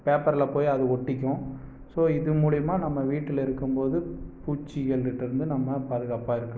பேப்பரில் போய் அது ஒட்டிக்கும் ஸோ இது மூலயமா நம்ம வீட்டில் இருக்கும்போது பூச்சிகளுகிட்ட இருந்து நம்ம பாதுகாப்பாக இருக்கலாம்